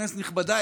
כנסת נכבדה,